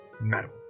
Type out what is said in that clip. metal